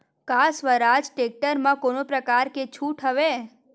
का स्वराज टेक्टर म कोनो प्रकार के छूट हवय?